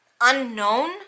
unknown